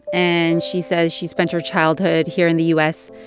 and she says she spent her childhood here in the u s.